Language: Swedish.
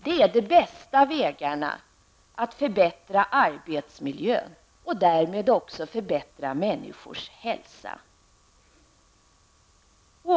Det är de bästa vägarna att förbättra arbetsmiljön och därmed också förbättra människors hälsa.